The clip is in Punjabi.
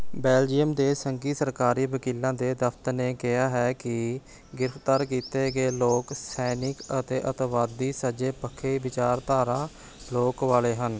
ਬੈਲਜੀਅਮ ਦੇ ਸੰਘੀ ਸਰਕਾਰੀ ਵਕੀਲਾਂ ਦੇ ਦਫ਼ਤਰ ਨੇ ਕਿਹਾ ਹੈ ਕਿ ਗ੍ਰਿਫਤਾਰ ਕੀਤੇ ਗਏ ਲੋਕ ਸੈਨਿਕ ਅਤੇ ਅੱਤਵਾਦੀ ਸੱਜੇ ਪੱਖੇ ਵਿਚਾਰਧਾਰਾ ਲੋਕ ਵਾਲੇ ਹਨ